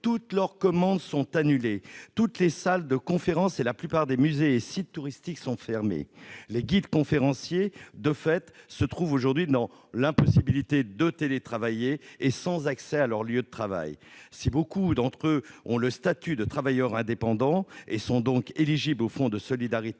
toutes leurs commandes sont annulées. Toutes les salles de conférence et la plupart des musées et sites touristiques sont fermés. Les guides-conférenciers se trouvent, de fait, dans l'impossibilité de télétravailler et sans accès à leur lieu de travail. Si nombre d'entre eux ont le statut de travailleur indépendant et sont donc éligibles au fonds de solidarité,